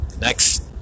Next